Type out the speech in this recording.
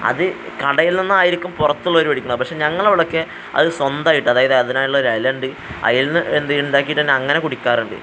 അത് കടയിൽ നിന്നായിരിക്കും പുറത്തുള്ളവർ മേടിക്കണത് പക്ഷെ ഞങ്ങളവിടെയൊക്കെ അത് സ്വന്തമായിട്ട് അതായത് അതിനായുള്ളൊരു ഇലയുണ്ട് അതിൽ നിന്ന് എന്ത് ഉണ്ടാക്കിയിട്ടുതന്നെ അങ്ങനെ കുടിക്കാറുണ്ട്